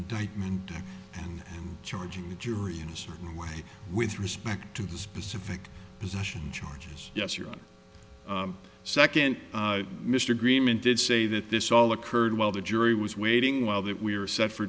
indictment and charging the jury in a certain way with respect to the specific possession charges yes your second mr agreement did say that this all occurred while the jury was waiting while that we are set for